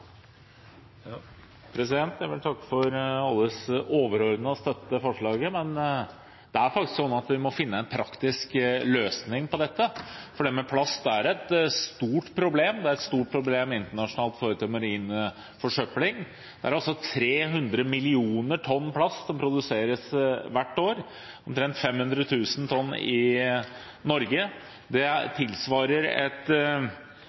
Jeg vil takke for alles overordnede støtte til forslaget, men det er faktisk sånn at vi må finne en praktisk løsning på dette, for det med plast er et stort problem, det er et stort problem internasjonalt når det gjelder marin forsøpling. Det er altså 300 millioner tonn plast som produseres hvert år, omtrent 500 000 tonn i Norge. Det tilsvarer et